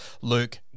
Luke